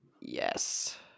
Yes